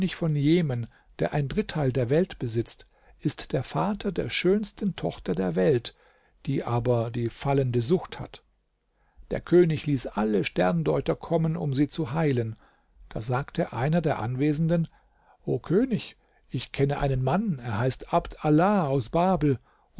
von jemen der ein dritteil der welt besitzt ist der vater der schönsten tochter der welt die aber die fallende sucht hat der könig ließ alle sterndeuter kommen um sie zu heilen da sagte einer der anwesenden o könig ich kenne einen mann er heißt abd allah aus babel